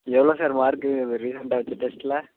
எவ்வளோ sir mark இப்போ ரிசெண்ட்டாக வைச்ச டெஸ்ட்டில்